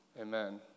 Amen